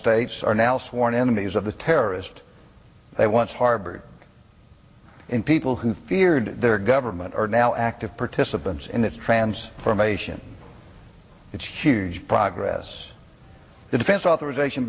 states are now sworn enemies of the terrorist they want harbored in people who feared their government are now active participants in this trans formation it's huge progress the defense authorization